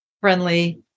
friendly